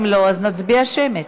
אם לא, אז נצביע שמית.